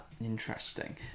Interesting